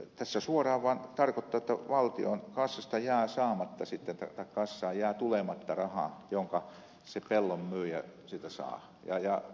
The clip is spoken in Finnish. tämä suoraan vaan tarkoittaa jotta valtion kassasta jää saamatta sitten tai kassaan jää tulematta rahaa jonka se pellon myyjä siitä saa ja mitäs se edistää